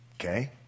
Okay